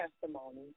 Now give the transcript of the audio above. testimony